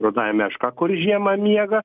rudąja meška kuri žiemą miega